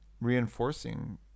reinforcing